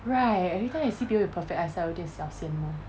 right every time I see people with perfect eyesight 我有一点小羡慕